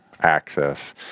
access